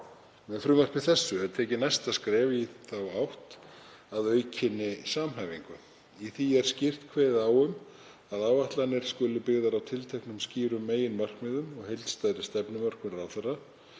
Með frumvarpinu er tekið næsta skref í átt að aukinni samhæfingu. Í því er skýrt kveðið á um að áætlanir skuli byggðar á tilteknum skýrum meginmarkmiðum og heildstæðri stefnumörkun